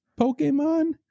pokemon